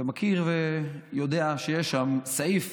אני יודע שיש שם סעיף